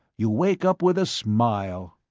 you wake up with a smile.